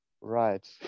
right